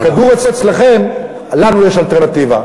הכדור אצלכם, לנו יש אלטרנטיבה.